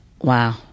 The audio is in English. wow